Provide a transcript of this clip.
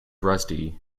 rusty